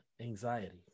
anxiety